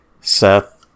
Seth